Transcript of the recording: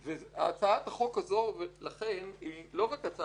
לכן הצעת החוק הזו היא לא רק הצעת חוק